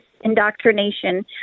indoctrination